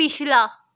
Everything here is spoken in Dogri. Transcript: पिछला